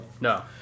No